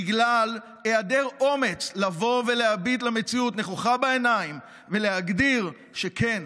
בגלל היעדר אומץ לבוא ולהביט למציאות נכוחה בעיניים ולהגדיר שכן,